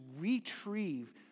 retrieve